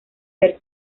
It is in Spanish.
ver